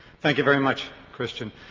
thank you very much cristian.